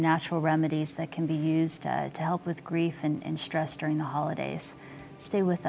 natural remedies that can be used to help with grief and stress during the holidays stay with